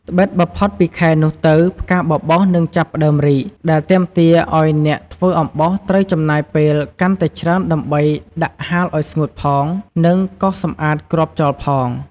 ត្បិតបើផុតពីខែនោះទៅផ្កាបបោសនឹងចាប់ផ្តើមរីក ដែលទាមទារអោយអ្នកធ្វើអំបោសត្រូវចំណាយពេលកាន់តែច្រើនដើម្បីដាក់ហាលអោយស្ងួតផង និងកោសសម្អាតគ្រាប់ចោលផង។